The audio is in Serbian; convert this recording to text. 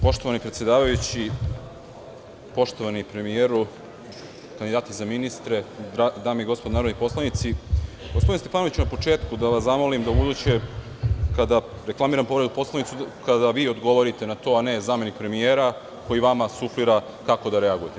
Poštovani predsedavajući, poštovani premijeru, kandidati za ministre, dame i gospodo narodni poslanici, gospodine Stefanoviću, na početku da vas zamolim da ubuduće, kada reklamiram povredu Poslovnika, vi odgovorite na to, a ne zamenik premijera, koji vama suflira kako da reagujete.